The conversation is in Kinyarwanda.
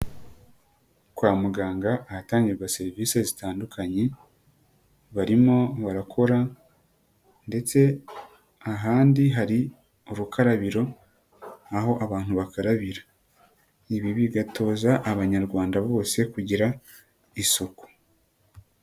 Kwa muganga ahatangirwa serivisi zitandukanye, barimo barakora ndetse ahandi hari urukarabiro, aho abantu bakarabira. Ibi bigatoza abanyarwanda bose kugira isuku.